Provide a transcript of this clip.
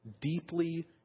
deeply